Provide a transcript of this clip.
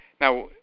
Now